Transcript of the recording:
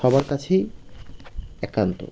সবার কাছেই একান্ত